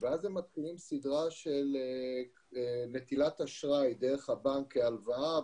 ואז הם מתחילים סדרה של נטילת אשראי דרך הבנק כהלוואה,